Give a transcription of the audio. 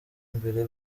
mbere